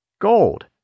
Gold